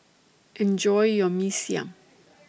Enjoy your Mee Siam